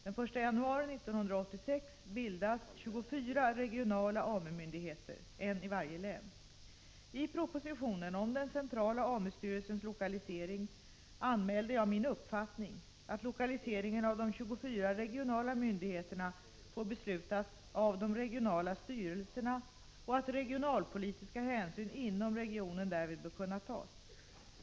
Den 1 januari 1986 bildas 24 regionala AMU-myndigheter — en i varje län. I propositionen om den centrala AMU-styrelsens lokalisering anmälde jag min uppfattning att lokaliseringen av de 24 regionala myndigheterna får beslutas av de regionala styrelserna och att regionalpolitiska hänsyn inom regionen därvid bör kunna tas.